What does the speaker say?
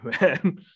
man